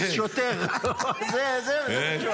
שוטר, זה מה שהוא היה.